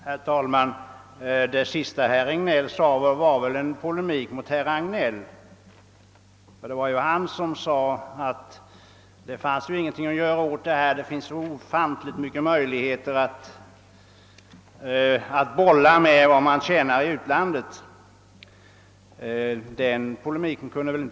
Herr talman! Det sista herr Regnéll sade var väl i polemik mot herr Hagnell, ty det var ju han som sade att man ingenting kunde göra åt detta och att det fanns så ofantligt många möjligheter att bolla med vad man tjänar i utlandet.